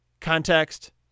Context